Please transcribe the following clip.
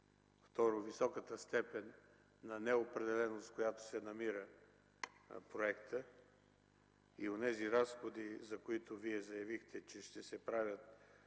Второ, високата степен на неопределеност, на която се намира проектът, онези разходи, които Вие заявихте, че ще се правят